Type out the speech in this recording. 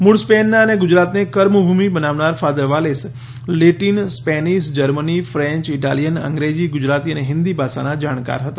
મૂળ સ્પેનના અને ગુજરાતને કર્મભૂમિ બનાવનાર father Valles Latin Spanish Germany French Italian અંગ્રેજી ગુજરાતી અને ફિન્દી ભાષાના જાણકાર હતા